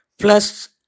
plus